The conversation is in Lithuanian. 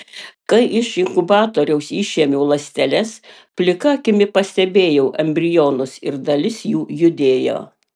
kai iš inkubatoriaus išėmiau ląsteles plika akimi pastebėjau embrionus ir dalis jų judėjo